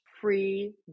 free